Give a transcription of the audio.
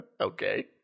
Okay